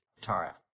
Tara